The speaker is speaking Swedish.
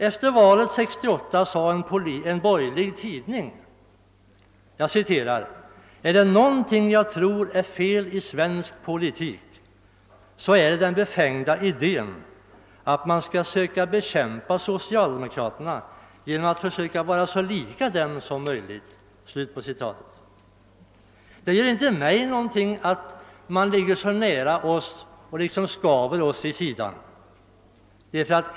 Efter valet 1968 skrev en borgerlig tidning: »Är det någonting jag tror är fel i svensk politik, så är det idén att man ska bekämpa socialdemokraterna genom att försöka vara så lika dem som möjligt.» Det gör inte mig någonting att man ligger nära oss och liksom skaver oss i sidan.